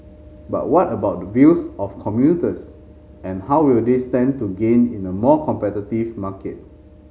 but what about the views of commuters and how will they stand to gain in a more competitive market